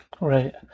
right